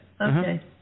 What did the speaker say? Okay